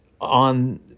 on